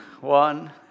one